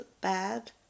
bad